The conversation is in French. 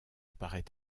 parait